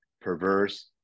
perverse